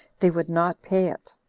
they would not pay it.